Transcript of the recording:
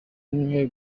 umwe